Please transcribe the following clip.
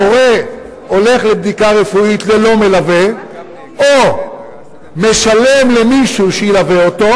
הורה הולך לבדיקה רפואית ללא מלווה או משלם למישהו שילווה אותו,